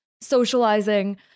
socializing